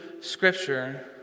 scripture